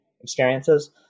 experiences